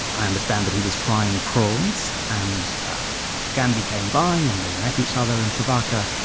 i understand that he was frying prawns. and gandhi came by, and they met each other and savarkar,